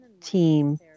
team